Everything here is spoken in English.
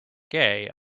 gay